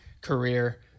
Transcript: career